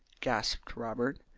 gasped robert.